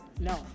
No